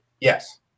yes